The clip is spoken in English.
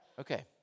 okay